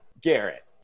Garrett